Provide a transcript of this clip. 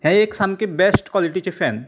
हें एक सामकें बेश्ट काॅलिटीचें फेन